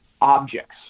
objects